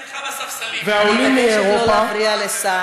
ידעו אז להיות יהודים טובים בלי היוזמות ההזויות של